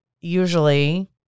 usually